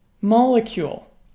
molecule